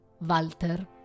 Walter